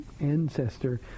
ancestor